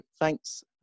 thanks